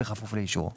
בכפוף לאישור,